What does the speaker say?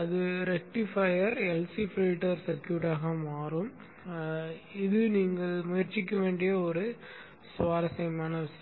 அது rectifier LC filter சர்க்யூட்டாக மாறும் இது நீங்கள் முயற்சிக்க வேண்டிய ஒரு சுவாரஸ்யமான விஷயம்